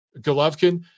Golovkin